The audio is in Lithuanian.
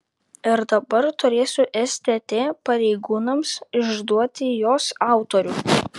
ir dabar turėsiu stt pareigūnams išduoti jos autorių